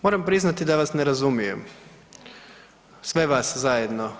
Moram priznati da vas ne razumijem, sve vas zajedno.